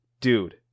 Dude